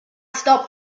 stop